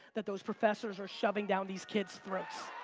that those professors are shoving down these kids throats.